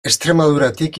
extremaduratik